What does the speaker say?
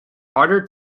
harder